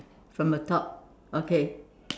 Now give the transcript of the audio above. from the top okay